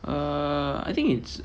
uh I think it's